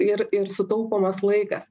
ir ir sutaupomas laikas